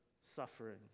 suffering